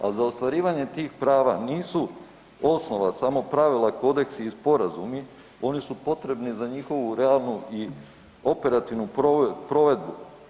A za ostvarivanje tih prava nisu osnova samo pravila, kodeksi i sporazumi oni su potrebni za njihovu realnu i operativnu provedbu.